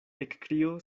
ekkrio